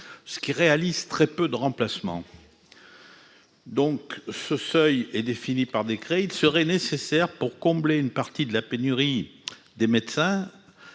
ce qui réalise très peu de remplacement donc ce seuil est défini par décret, il serait nécessaire pour combler une partie de la pénurie des médecins